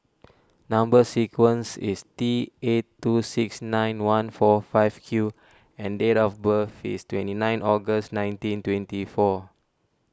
Number Sequence is T eight two six nine one four five Q and date of birth is twenty nine August nineteen twenty four